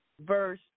Verse